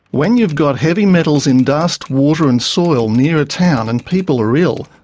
when you've got heavy metals in dust, water and soil near a town and people are ill,